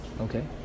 okay